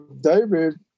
David